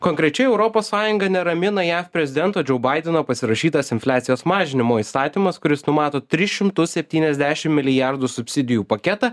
konkrečiai europos sąjungą neramina jav prezidento džo baideno pasirašytas infliacijos mažinimo įstatymas kuris numato tris šimtus septyniasdešim milijardus subsidijų paketą